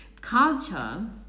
culture